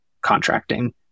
contracting